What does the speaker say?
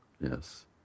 Yes